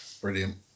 Brilliant